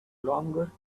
longer